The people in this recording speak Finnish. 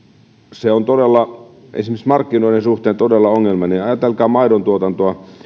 se on esimerkiksi markkinoiden suhteen todella ongelmallinen ajatelkaa maidontuotantoa